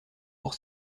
pour